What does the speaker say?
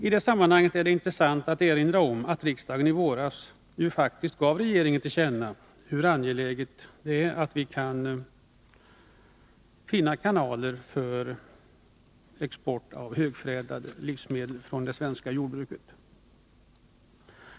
I det sammanhanget är det intressant att erinra om att riksdagen i våras faktiskt gav regeringen till känna hur angeläget det är att vi kan finna kanaler för export av högförädlade livsmedel från det svenska jordbruket.